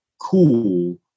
cool